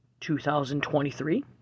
2023